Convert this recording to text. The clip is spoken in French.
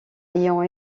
ayant